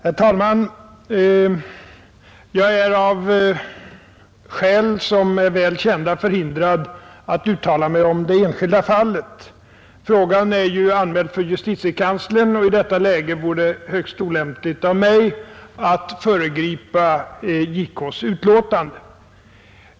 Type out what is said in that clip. Herr talman! Jag är, av skäl som är väl kända, förhindrad att uttala mig om det enskilda fallet. Frågan är anmäld för justitiekanslern och i detta läge vore det högst olämpligt av mig att föregripa JK:s utlåtande.